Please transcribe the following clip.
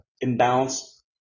imbalance